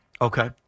Okay